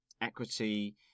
equity